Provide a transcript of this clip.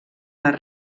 les